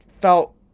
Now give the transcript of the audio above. felt